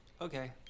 okay